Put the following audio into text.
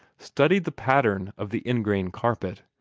studied the pattern of the ingrain carpet.